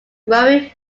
growing